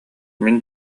мин